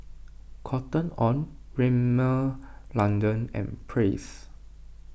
Cotton on Rimmel London and Praise